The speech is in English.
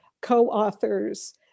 co-authors